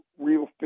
real